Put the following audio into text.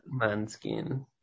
Manskin